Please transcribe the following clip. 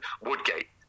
Woodgate